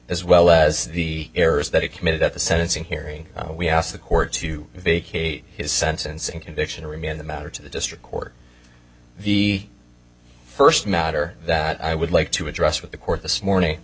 as well as the errors that he committed at the sentencing hearing we asked the court to vacate his sentence and conviction remand the matter to the district court the first matter that i would like to address with the court this morning